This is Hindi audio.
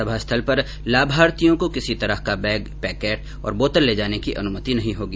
सभा स्थल पर लाभार्थियों को किसी तरह का बैग पैकेट और बोतल ले जाने की अनुमति नहीं होगी